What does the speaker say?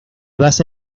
basa